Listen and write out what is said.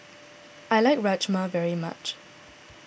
I like Rajma very much